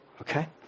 okay